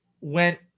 went